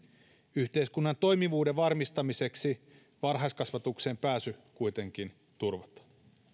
yhteiskunnan toimivuuden varmistamiseksi varhaiskasvatukseen pääsy kuitenkin turvataan